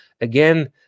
again